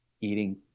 eating